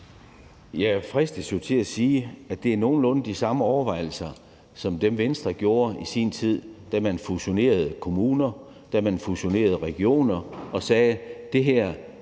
Jeg fristes jo til at sige, at det er nogenlunde de samme overvejelser, der ligger bag, som dem, man gjorde sig i Venstre i sin tid, da man fusionerede kommuner, da man fusionerede regioner og sagde, at det gav